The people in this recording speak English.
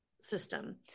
system